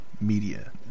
media